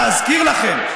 להזכיר לכם,